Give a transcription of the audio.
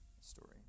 story